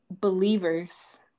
believers